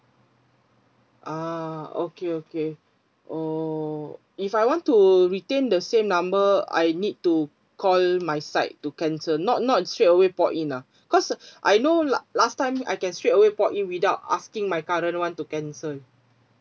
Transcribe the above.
ah okay okay oh if I want to retain the same number I need to call my side to cancel not not straight away port in ah because I know la~ last time I can straight away port in without asking my current one to cancel